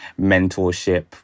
mentorship